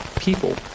people